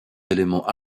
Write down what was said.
éléments